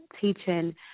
teaching